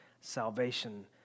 salvation